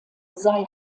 sei